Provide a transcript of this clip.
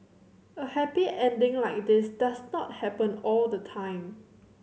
a happy ending like this does not happen all the time